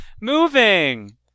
Moving